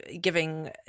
giving